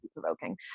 provoking